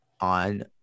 on